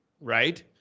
right